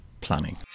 Planning